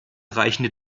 reichende